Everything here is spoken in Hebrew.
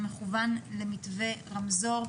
המכוון למתווה רמזור.